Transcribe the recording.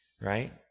Right